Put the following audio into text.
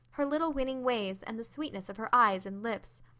her little winning ways, and the sweetness of her eyes and lips.